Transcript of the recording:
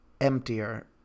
emptier